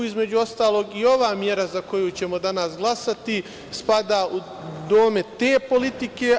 Između ostalog, i ova mera za koju ćemo danas glasati spada u domet te politike.